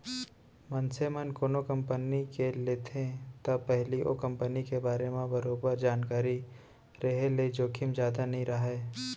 मनसे मन कोनो कंपनी के लेथे त पहिली ओ कंपनी के बारे म बरोबर जानकारी रेहे ले जोखिम जादा नइ राहय